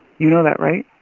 you know that, right?